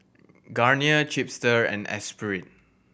Garnier Chipster and Espirit